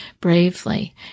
bravely